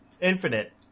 Infinite